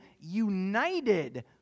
united